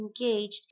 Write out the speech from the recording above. engaged